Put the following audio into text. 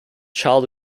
child